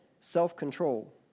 self-control